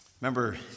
Remember